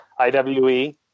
IWE